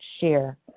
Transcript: share